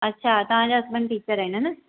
अच्छा तव्हांजा husband teacher आहिनि हा न